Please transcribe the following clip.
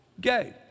gay